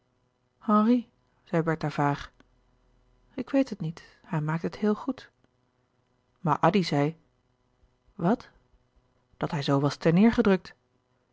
henri zei bertha vaag ik weet het niet hij maakt het heel goed louis couperus de boeken der kleine zielen maar addy zei wat dat hij zoo was ter neêr gedrukt